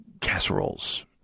casseroles